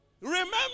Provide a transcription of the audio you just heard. remember